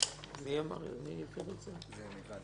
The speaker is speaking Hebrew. אמצעי זיהוי.